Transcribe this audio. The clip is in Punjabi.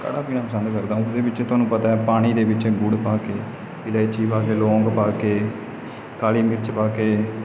ਕਾੜ੍ਹਾ ਪੀਣਾ ਪਸੰਦ ਕਰਦਾ ਉਸਦੇ ਵਿੱਚ ਤੁਹਾਨੂੰ ਪਤਾ ਪਾਣੀ ਦੇ ਵਿੱਚ ਗੁੜ ਪਾ ਕੇ ਇਲਾਇਚੀ ਪਾ ਕੇ ਲੌਂਗ ਪਾ ਕੇ ਕਾਲੀ ਮਿਰਚ ਪਾ ਕੇ